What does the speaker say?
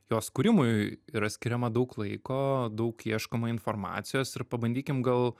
jos kūrimui yra skiriama daug laiko daug ieškoma informacijos ir pabandykim gal